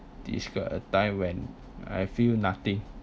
describe a time when I feel nothing